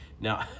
now